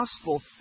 gospel